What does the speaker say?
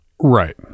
right